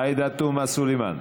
עאידה תומא סלימאן,